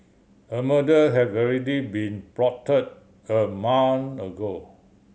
a murder had already been plotted a month ago